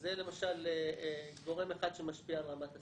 זה למשל גורם אחד שמשפיע על רמת הסיכון.